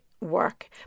Work